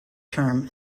term